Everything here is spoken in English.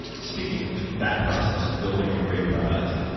speaking of that process of building a great product,